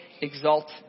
exalt